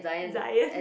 Zian